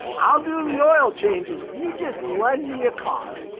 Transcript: i'll do the oil changes. you just lend me a car,